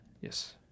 Yes